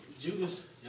Judas